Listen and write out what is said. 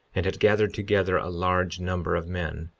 and had gathered together a large number of men,